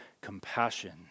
compassion